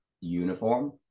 uniform